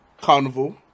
Carnival